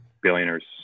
billionaires